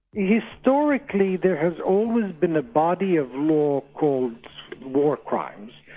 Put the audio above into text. historically there has always been a body of law called war crimes,